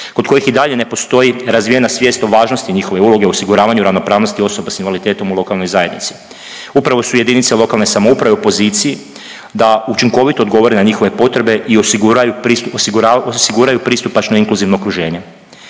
kod kojih i dalje ne postoji razvijena svijest o važnosti njihove uloge u osiguravanju ravnopravnosti osoba s invaliditetom u lokalnoj zajednici. Upravo su jedinice lokalne samouprave u poziciji da učinkovito odgovore na njihove potrebe i osiguraju pristupačno inkluzivno okruženje.